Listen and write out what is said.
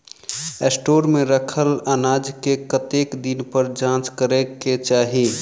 Store मे रखल अनाज केँ कतेक दिन पर जाँच करै केँ चाहि?